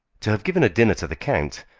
to have given a dinner to the count,